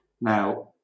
now